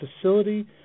facility